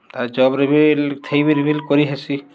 ଆଉ ଜବ୍ରେ ଭିଲ୍ ଥାଇକରି ବି କରି ହେସି